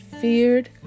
feared